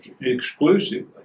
exclusively